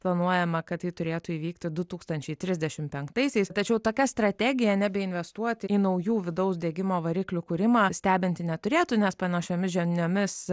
planuojama kad ji turėtų įvykti du tūkstančiai trisdešimt penktaisiais tačiau tokia strategija nebeinvestuoti į naujų vidaus degimo variklių kūrimą stebinti neturėtų nes panašiomis žiniomis